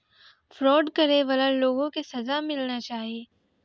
fraud करै बाला लोगो के सजा मिलना चाहियो